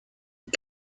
est